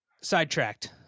sidetracked